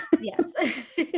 yes